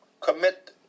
commit